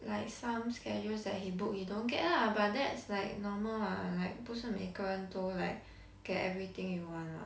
like some schedules that he book he don't get lah but that's like normal lah like 不是每个人都 like get everything you want what